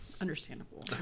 understandable